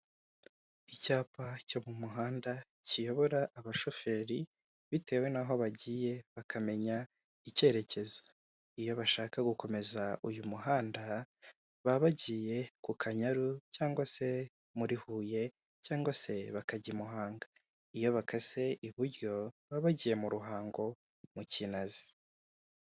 Icyapa cyo mu muhanda kiyobora abashoferi bitewe n'aho bagiye bakamenya icyerekezo, iyo bashaka gukomeza uyu muhanda, baba bagiye ku Kanyaru cyangwa se muri Huye cyangwa se bakajya i Muhanga, iyo bakase iburyo, baba bagiye mu Ruhango mu Kinazi.